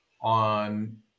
on